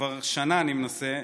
כבר שנה אני מנסה,